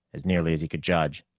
as nearly as he could judge.